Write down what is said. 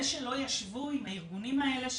זה שלא ישבו עם הארגונים האלה,